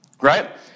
right